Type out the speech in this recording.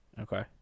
Okay